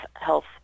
health